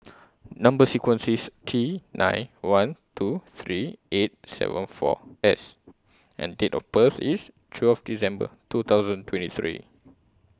Number sequence IS T nine one two three eight seven four S and Date of birth IS twelve December two thousand twenty three